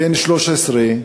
בן 13,